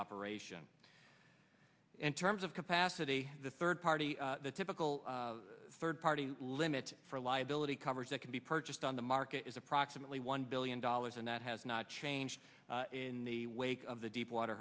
operation in terms of capacity the third party the typical third party limit for liability coverage that can be purchased on the market is approximately one billion dollars and that has not changed in the wake of the deepwater